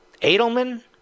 Edelman